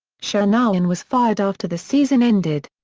shanahan was fired after the season ended.